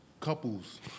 couples